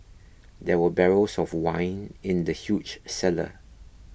there were barrels of wine in the huge cellar